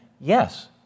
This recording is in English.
yes